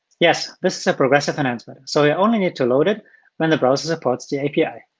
yes, this is a progressive enhancement, so i only need to load it when the browser supports the api.